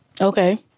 Okay